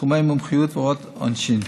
תחומי מומחיות והוראות עונשין,